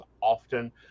often